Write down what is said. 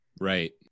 Right